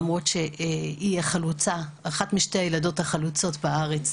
למרות שהיא אחת משתי הילדות החלוצות בארץ.